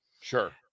Sure